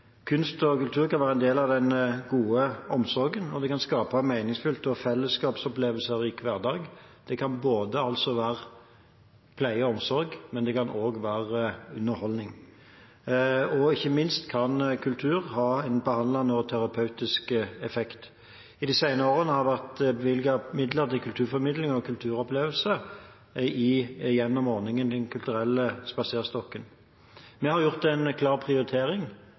Kunst og kultur kan være en del av den gode omsorgen, og det kan skape meningsfylte fellesskapsopplevelser i hverdagen. Det kan altså være pleie og omsorg, det kan være underholdning, og ikke minst kan kultur ha en behandlende og terapeutisk effekt. I de senere årene har det vært bevilget midler til kulturformidling og kulturopplevelser gjennom ordningen Den kulturelle spaserstokken. Vi har gjort en klar prioritering